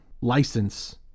license